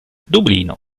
dublino